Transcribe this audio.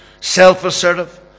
self-assertive